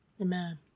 Amen